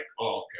okay